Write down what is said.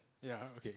ya okay